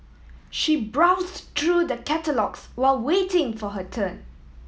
she browsed through the catalogues while waiting for her turn